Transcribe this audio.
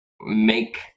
make